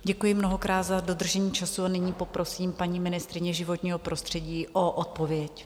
Děkuji mnohokrát za dodržení času a nyní poprosím paní ministryně životního prostředí o odpověď.